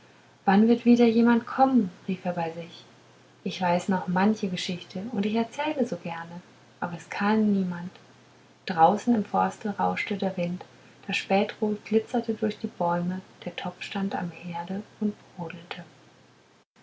wann wird wieder jemand kommen rief er bei sich ich weiß noch manche geschichte und ich erzähle so gerne aber es kam niemand draußen im forste rauschte der wind das spätrot glitzerte durch die bäume der topf stand am herde und brodelte